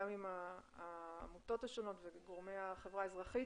גם עם העמותות השונות ועם גורמי החברה האזרחית